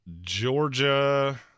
Georgia